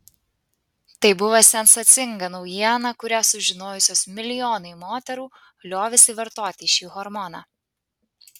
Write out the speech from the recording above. tai buvo sensacinga naujiena kurią sužinojusios milijonai moterų liovėsi vartoti šį hormoną